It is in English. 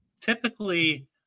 typically